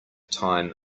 time